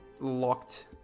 locked